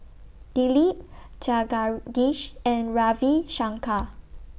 Dilip Jagadish and Ravi Shankar